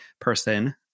person